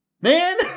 man